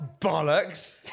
bollocks